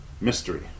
mystery